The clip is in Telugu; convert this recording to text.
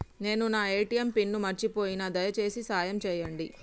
నేను నా ఏ.టీ.ఎం పిన్ను మర్చిపోయిన, దయచేసి సాయం చేయండి